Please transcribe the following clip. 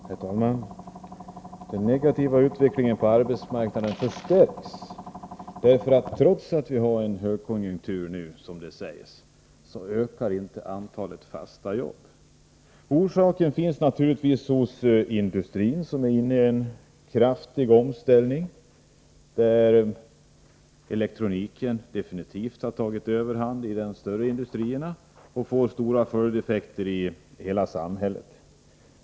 Herr talman! Den negativa utvecklingen på arbetsmarknaden förstärks. Trots att vi nu, som det sägs, har en högkonjunktur ökar inte antalet fasta jobb. Orsaken är naturligtvis att finna hos industrin, som är inne i en period av kraftig omställning. I de större industrierna har elektroniken definitivt tagit över, och det får märkbara effekter för hela samhället.